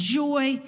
joy